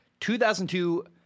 2002